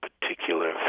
particular